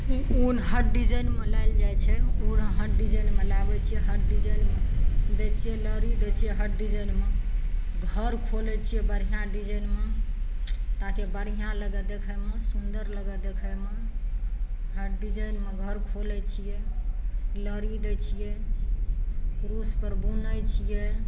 ई उन हर डिजाइनमे लेल जाइ छै उन हर डिजाइनमे लाबय छियै हर डिजाइन दै छियै लड़ी दै छियै हर डिजाइनमे घर खोलय छियै बढ़िआँ डिजाइनमे ताकि बढ़िआँ लगय देखयमे सुन्दर लगय देखयमे हर डिजाइनमे घर खोलय छियै लड़ी दै छियै कुरूस पर बुनय छियै